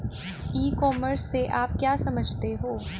ई commerce से आप क्या समझते हो?